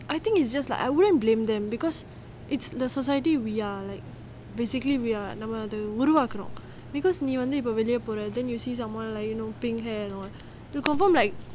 I think it's just like I wouldn't blame them because it's the society we are like basically we are நம்ம அத உருவாக்குறோம்:namma atha uruvaakurom because நீ வந்து வெளிய போற:nee vanthu veliya pora then you see someone like you know pink hair and all you conform like